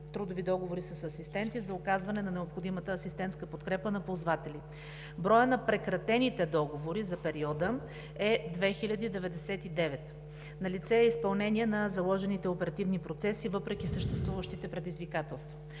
сключени с 19 461 асистенти за оказване на необходимата асистентска подкрепа на ползватели. Броят на прекратените договори за периода е 2099. Налице е изпълнение на заложените оперативни процеси, въпреки съществуващите предизвикателства.